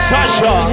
Sasha